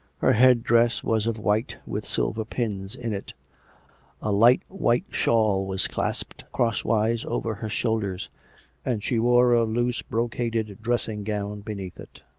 her head-dress was of white, with silver pins in it a light white shawl was clasped cross wise over her shoulders and she wore a loose brocaded dressing-gown beneath it.